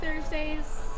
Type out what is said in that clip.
Thursdays